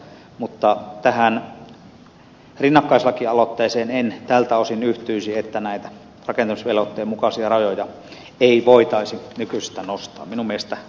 mutta tähän rinnakkaislakialoitteeseen en tältä osin yhtyisi että näitä rakentamisvelvoitteen mukaisia rajoja ei voitaisi nykyisestään nostaa